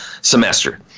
semester